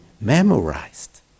memorized